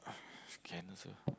can also